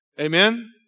Amen